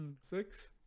Six